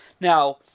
Now